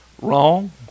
Wrong